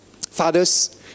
Fathers